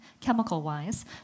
chemical-wise